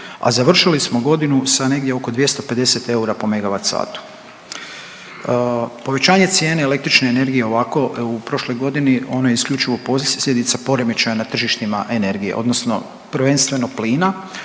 a završili smo godinu sa negdje oko 250 eura po MWh. Povećanje cijene električne energije ovako u prošloj godini, ono je isključivo posljedica poremećaja na tržištima energije, odnosno prvenstveno plina,